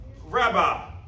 Rabbi